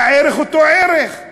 הערך אותו ערך,